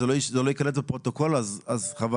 למיקרופון, זה לא ייקלט בפרוטוקול, אז חבל.